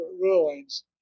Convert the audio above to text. rulings